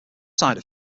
side